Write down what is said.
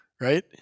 right